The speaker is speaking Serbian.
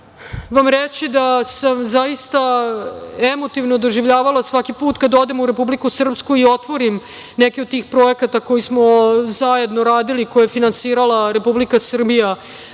vam reći da sam zaista emotivno doživljavala svaki put kada odem u Republiku Srpsku i otvorim neki od tih projekata koji smo zajedno radili, a koje je finansirala Republika Srbija,